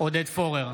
עודד פורר,